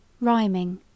Rhyming